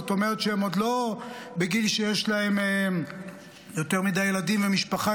זאת אומרת שהם עוד לא בגיל שיש להם יותר מדי ילדים ומשפחה,